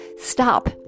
Stop